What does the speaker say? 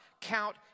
count